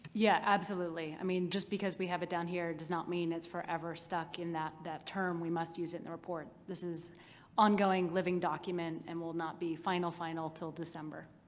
yeah. absolutely. i mean just because we have it down here does not mean it's forever stuck in that that term, we must use it in the report. this is an ongoing living document and will not be final, final until december.